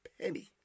Penny